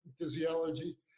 physiology